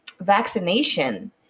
vaccination